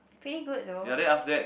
pretty good though